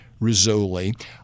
Rizzoli